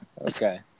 okay